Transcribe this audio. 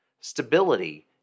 Stability